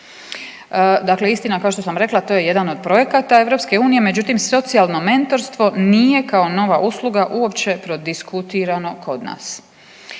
Dakle, istina kao što sam rekla to je jedan od projekata EU međutim socijalno mentorstvo nije kao nova usluga uopće prodiskutirano kod nas.